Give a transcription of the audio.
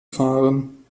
fahren